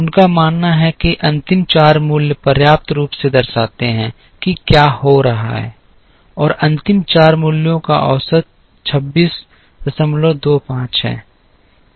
उनका मानना है कि अंतिम चार मूल्य पर्याप्त रूप से दर्शाते हैं कि क्या हो रहा है और अंतिम चार मूल्यों का औसत 2625 है